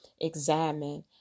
examine